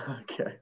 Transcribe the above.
okay